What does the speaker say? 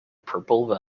purple